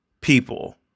people